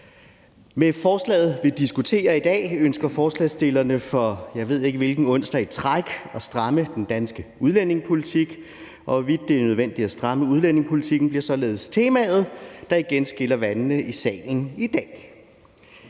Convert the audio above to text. Med forslaget, vi diskuterer i dag, ønsker forslagsstillerne, for jeg ved ikke hvilken onsdag i træk, at stramme den danske udlændingepolitik. Og hvorvidt det er nødvendigt at stramme udlændingepolitikken, bliver således temaet, der igen skiller vandene i salen i dag.